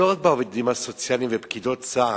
לא רק בעובדים הסוציאליים ובפקידות הסעד,